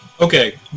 Okay